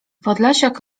podlasiak